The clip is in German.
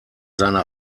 seine